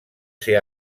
ser